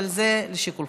אבל זה לשיקולך.